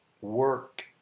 work